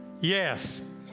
Yes